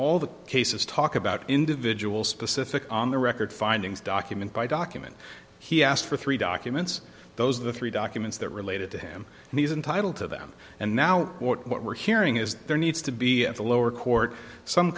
all the cases talk about individual specific on the record findings document by document he asked for three documents those are the three documents that related to him and he's entitled to them and now what we're hearing is that there needs to be at the lower court some